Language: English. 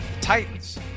Titans